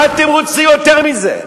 מה אתם רוצים יותר מזה?